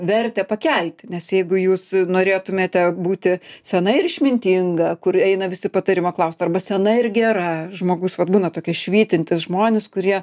vertę pakelti nes jeigu jūs norėtumėte būti sena ir išmintinga kur eina visi patarimo klaust arba sena ir gera žmogus vat būna tokie švytintys žmonės kurie